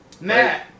Matt